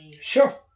Sure